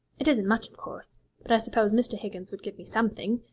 it isn't much, of course but i suppose mr. higgins would give me something.